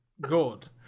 good